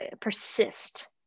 persist